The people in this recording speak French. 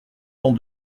cent